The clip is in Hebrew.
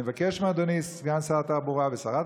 אני מבקש מאדוני סגן שרת התחבורה ושרת